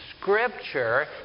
Scripture